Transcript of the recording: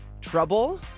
trouble